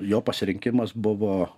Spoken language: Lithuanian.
jo pasirinkimas buvo